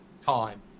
time